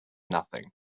nothing